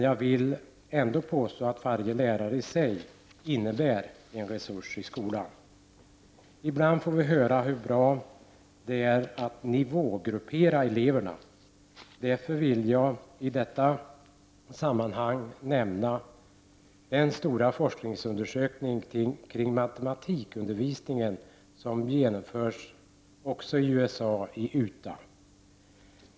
Jag vill ändå påstå att varje lärare i sig innebär en resurs i skolan. Ibland får vi höra hur bra det är att nivågruppera eleverna. Därför vill jag i detta sammanhang nämna den stora forskningsundersökning kring matematikundervisningen som genomförts i Utah i USA.